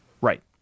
right